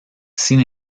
sin